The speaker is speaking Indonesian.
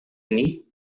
ini